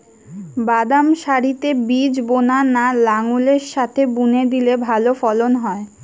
বাদাম সারিতে বীজ বোনা না লাঙ্গলের সাথে বুনে দিলে ভালো ফলন হয়?